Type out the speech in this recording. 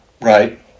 Right